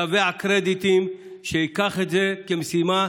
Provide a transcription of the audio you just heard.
שבע קרדיטים, שייקח את זה כמשימה.